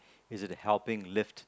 is it helping lift